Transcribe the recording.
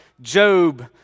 Job